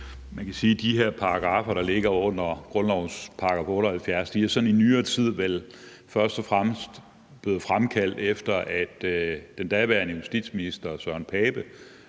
Man kan sige, at de her stykker, der er under grundlovens § 78, sådan i nyere tid vel først og fremmest er blevet taget frem, efter den daværende justitsminister Søren Pape